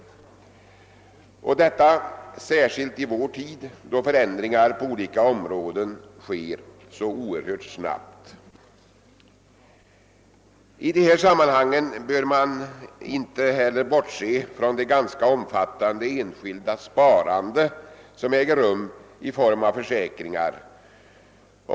Detta gäller särskilt i vår tid, då förändringar på olika områden sker så oerhört snabbt. I dessa sammanhang bör man inte heller bortse från det ganska omfattande enskilda sparande som äger rum i form av försäkringar.